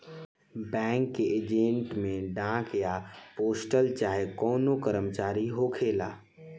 bank के agent में डाक या पोस्टल चाहे कवनो कर्मचारी होखेला